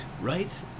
right